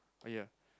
ya